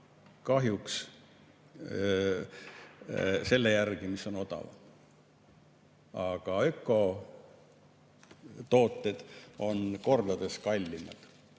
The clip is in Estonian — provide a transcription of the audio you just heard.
kahjuks selle järgi, mis on odavam. Aga ökotooted on kordades kallimad.